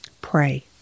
pray